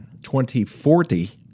2040